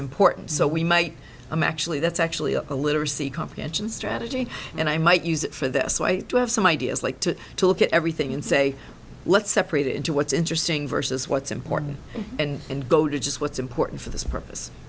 important so we might i'm actually that's actually a literacy comprehension strategy and i might use it for this so i do have some ideas like to look at everything and say let's separate it into what's interesting versus what's important and go to just what's important for this purpose